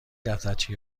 دفترچه